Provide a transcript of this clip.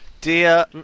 Dear